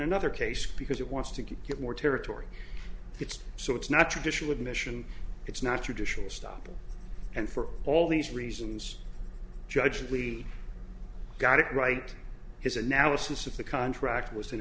another case because it wants to get more territory it's so it's not judicial admission it's not traditional stop and for all these reasons judge we got it right his analysis of the contract was in